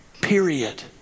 period